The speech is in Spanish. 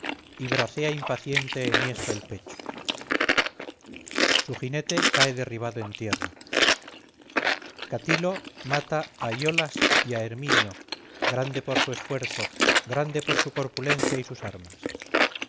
y bracea impaciente enhiesto el pecho su jinete cae derribado en tierra catilo mata a iolas y a herminio grande por su esfuerzo grande por su corpulencia y sus armas